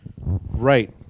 right